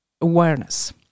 awareness